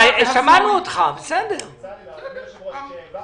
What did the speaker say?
חברי ועדת הכספים על כך שבשבוע שעבר,